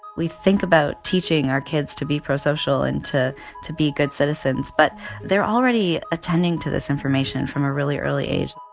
we think about teaching our kids to be prosocial and to to be good citizens, but they're already attending to this information from a really early age